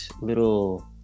little